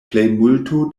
plejmulto